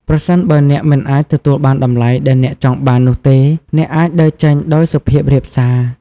ប្រសិនបើអ្នកមិនអាចទទួលបានតម្លៃដែលអ្នកចង់បាននោះទេ អ្នកអាចដើរចេញដោយសុភាពរាបសារ។